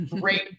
Great